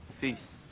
Peace